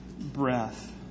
breath